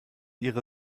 ihre